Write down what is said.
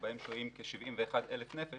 שבהם שוהים כ-71,000 נפש,